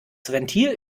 ventil